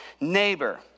neighbor